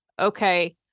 Okay